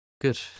Good